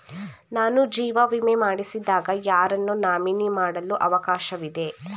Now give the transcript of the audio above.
ನಾನು ಜೀವ ವಿಮೆ ಮಾಡಿಸಿದಾಗ ಯಾರನ್ನು ನಾಮಿನಿ ಮಾಡಲು ಅವಕಾಶವಿದೆ?